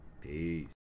Peace